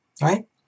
right